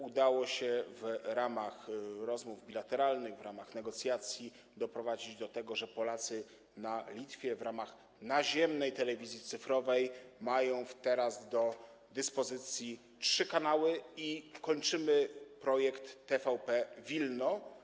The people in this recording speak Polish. Udało się w ramach rozmów bilateralnych, w ramach negocjacji doprowadzić do tego, że Polacy na Litwie w ramach naziemnej telewizji cyfrowej mają teraz do dyspozycji trzy kanały i kończymy projekt TVP Wilno.